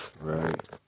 right